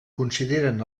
consideren